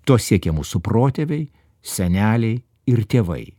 to siekė mūsų protėviai seneliai ir tėvai